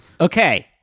Okay